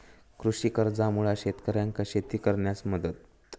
कृषी कर्जामुळा शेतकऱ्यांका शेती करण्यास मदत